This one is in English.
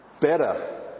better